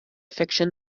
fiction